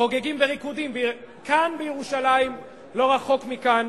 חוגגים בריקודים כאן, בירושלים, לא רחוק מכאן,